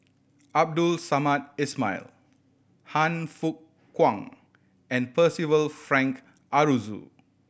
Abdul Samad Ismail Han Fook Kwang and Percival Frank Aroozoo